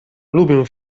lubię